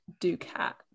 Ducat